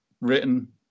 written